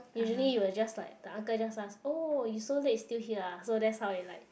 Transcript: usually you will just like the uncle just ask oh you so late still here ah so that's how it like